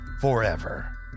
forever